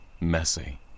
Messy